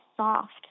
soft